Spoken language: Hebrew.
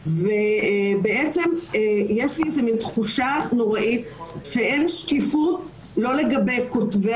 בעצם יש לי איזו מין תחושה נוראית שאין שקיפות לא לגבי כותבי